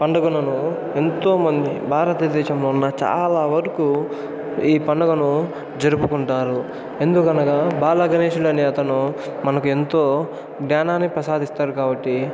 పండగలను ఎంతో మంది భారతదేశంలో ఉన్నా చాలా వరుకు ఈ పండుగను జరుపుకుంటారు ఎందుకనగా బాలగణేశునీ అనే అతను మనకు ఎంతో జ్ఞానాన్ని ప్రసాదిస్తాడు కాబట్టి